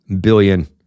billion